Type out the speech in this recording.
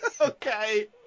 Okay